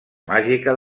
màgica